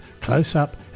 close-up